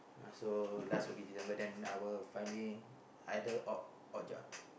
uh so last will be December then I will finding either odd odd job